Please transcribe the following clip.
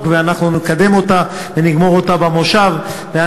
ואנחנו נקדם אותה ונגמור אותה במושב זה,